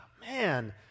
man